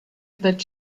that